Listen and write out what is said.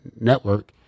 network